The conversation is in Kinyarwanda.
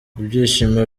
ibyishimo